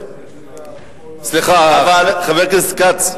חבר הכנסת כץ,